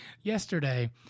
yesterday